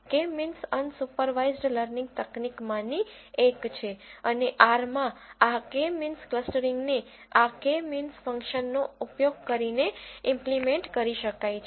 કે means unsupervised learning તકનીક માંની એક છે અને R માં આ કે મીન્સ ક્લસ્ટરીંગ ને આ કે મીન્સ ફંક્શનનો ઉપયોગ કરીને ઈમ્પલીમેન્ટ કરી શકાય છે